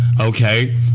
Okay